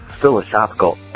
philosophical